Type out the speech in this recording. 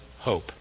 hope